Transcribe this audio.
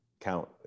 count